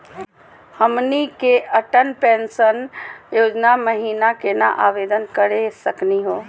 हमनी के अटल पेंसन योजना महिना केना आवेदन करे सकनी हो?